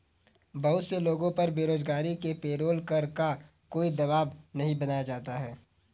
बहुत से लोगों पर बेरोजगारी में पेरोल कर का कोई दवाब नहीं बनाया जाता है